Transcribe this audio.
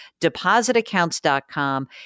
depositaccounts.com